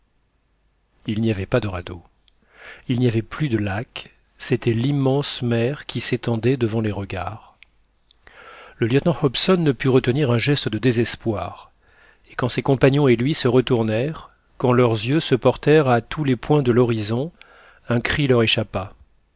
il n'y avait pas de radeau il n'y avait plus de lac c'était l'immense mer qui s'étendait devant les regards le lieutenant hobson ne put retenir un geste de désespoir et quand ses compagnons et lui se retournèrent quand leurs yeux se portèrent à tous les points de l'horizon un cri leur échappa